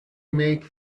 make